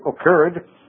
occurred